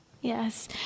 yes